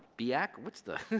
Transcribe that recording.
be-ack what's the.